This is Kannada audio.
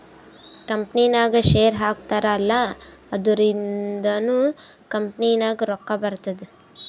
ಕಂಪನಿನಾಗ್ ಶೇರ್ ಹಾಕ್ತಾರ್ ಅಲ್ಲಾ ಅದುರಿಂದ್ನು ಕಂಪನಿಗ್ ರೊಕ್ಕಾ ಬರ್ತುದ್